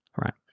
right